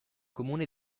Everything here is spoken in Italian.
comune